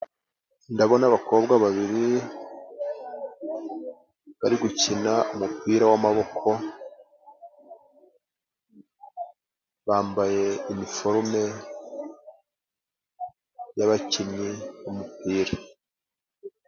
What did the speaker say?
Ndabona abakobwa babiri bari gukina umupira w'amaboko, bambaye iniforume y'abakinnyi b'umupira.